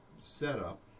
setup